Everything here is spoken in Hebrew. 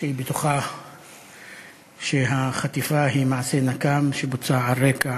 שהיא בטוחה שהחטיפה היא מעשה נקם שבוצע על רקע